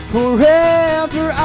Forever